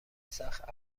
سخت